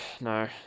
no